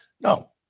No